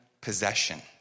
possession